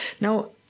Now